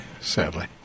Sadly